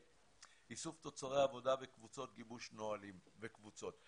איסוף תוצרי עבודה וקבוצות גיבוש נהלים וקבוצות.